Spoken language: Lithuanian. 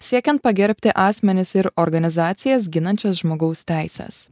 siekiant pagerbti asmenis ir organizacijas ginančias žmogaus teises